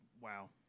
wow